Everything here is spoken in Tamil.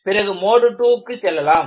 பிறகு மோடு II க்கு செல்லலாம்